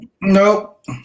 Nope